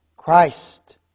Christ